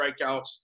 strikeouts